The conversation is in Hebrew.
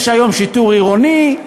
יש היום שיטור עירוני,